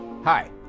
Hi